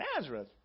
Nazareth